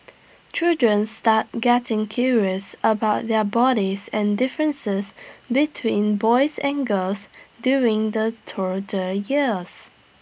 children start getting curious about their bodies and differences between boys and girls during the toddler years